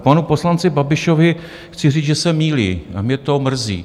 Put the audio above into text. K panu poslanci Babišovi chci říct, že se mýlí, mě to mrzí.